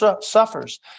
suffers